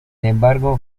embargo